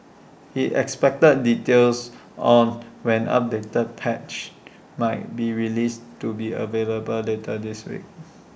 he expected details on when updated patches might be released to be available later this week